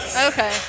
Okay